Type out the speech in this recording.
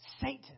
Satan